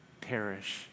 perish